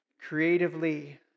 creatively